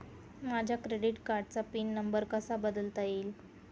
माझ्या क्रेडिट कार्डचा pin number कसा बदलता येईल?